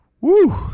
Woo